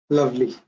Lovely